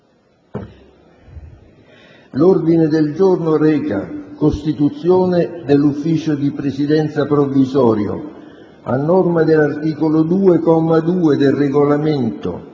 L'ordine del giorno reca: «Costituzione dell'Ufficio di Presidenza provvisorio». A norma dell'articolo 2, comma 2, del Regolamento,